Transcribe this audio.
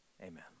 amen